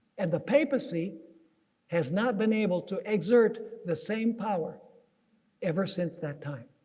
and the papacy has not been able to exert the same power ever since that time.